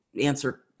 answer